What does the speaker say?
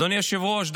אדוני היושב-ראש,